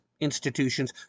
institutions